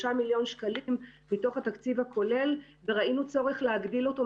מיליון שקלים מתוך התקציב הכולל וראינו צורך להגדיל אותו.